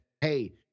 Hey